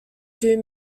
two